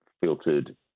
filtered